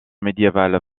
médiévale